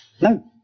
No